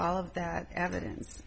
all of that evidence